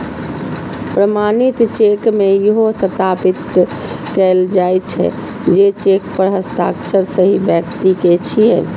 प्रमाणित चेक मे इहो सत्यापित कैल जाइ छै, जे चेक पर हस्ताक्षर सही व्यक्ति के छियै